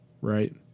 right